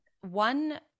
one